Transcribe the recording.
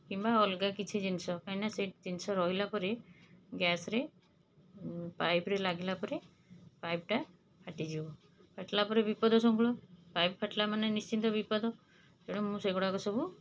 କିମ୍ବା ଅଲଗା କିଛି ଜିନିଷ କାହିଁକିନା ସେ ଜିନିଷ ରହିଲା ପରେ ଗ୍ୟାସ୍ରେ ଉଁ ପାଇପ୍ରେ ଲାଗିଲାପରେ ପାଇପ୍ଟା ଫାଟିଯିବ ଫାଟିଲା ପରେ ବିପଦ ସଂକୁଳ ପାଇପ୍ ଫାଟିଲା ମାନେ ନିଶ୍ଚିତ ବିପଦ ତେଣୁ ମୁଁ ସେହି ଗୁଡ଼ାକ ସବୁ